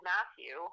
Matthew